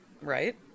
right